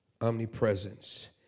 omnipresence